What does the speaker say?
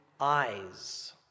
eyes